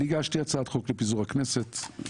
אני הגשתי הצעת חוק לפיזור הכנסת אני